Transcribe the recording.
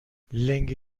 لنگه